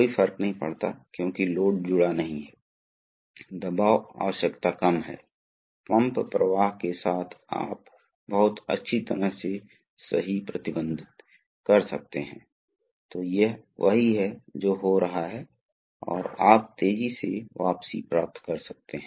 आपके पास एक इनलेट हो सकता है इसलिए तब द्रव मिलेगा इस तरह से जाएं और यहां से यह इस तरह से जाएगा और मेरा मतलब है कि अंत में यह जाएगा इसलिए यहां आपको समग्र आउटलेट मिलेगा और यहां समग्र इनलेट है इसलिए यह वेन पंप बहुत ही सरलता से काम करता है